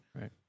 Right